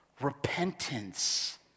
Repentance